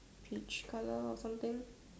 peach colour or something